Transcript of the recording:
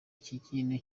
ikintu